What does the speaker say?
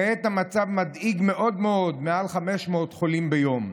כעת המצב מדאיג מאוד מאוד, מעל 500 חולים ביום.